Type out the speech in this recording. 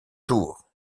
tour